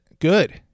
good